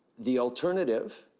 the alternative.